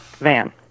van